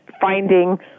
finding